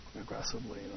aggressively